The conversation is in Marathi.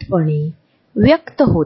दर्शविला एडवर्ड हॉल यांच्या प्रॉक्सिमिक्समध्ये असे काहीतरी होते जे आम्हाला परस्परांमधील सूक्ष्म अंतरा मधील रचना समजून घेण्यास मदत करते